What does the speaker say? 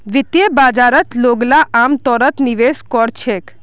वित्तीय बाजारत लोगला अमतौरत निवेश कोरे छेक